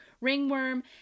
ringworm